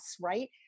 right